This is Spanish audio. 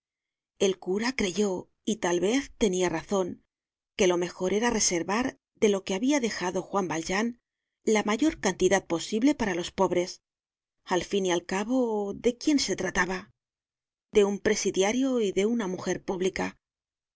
el cura creyó y tal vez tenia razon que lo mejor era reservar de lo que habia dejado juan valjean la mayor cantidad posible para los pobres al fin y al cabo de quién se trataba de un presidiario y de una mujer pública